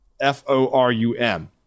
F-O-R-U-M